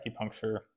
acupuncture